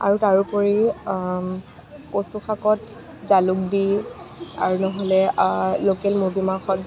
আৰু তাৰোপৰিও কচু শাকত জালুক দি আৰু নহ'লে লোকেল মুৰ্গী মাংসত